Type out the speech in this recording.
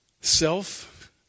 self